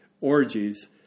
orgies